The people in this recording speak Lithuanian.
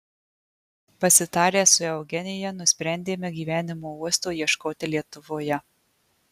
pasitarę su eugenija nusprendėme gyvenimo uosto ieškoti lietuvoje